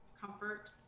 comfort